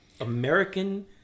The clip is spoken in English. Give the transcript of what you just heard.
American